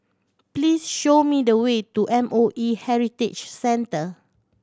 please show me the way to M O E Heritage Centre